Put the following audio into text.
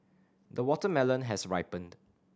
the watermelon has ripened